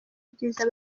byiza